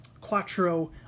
Quattro